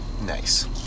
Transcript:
Nice